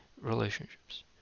Relationships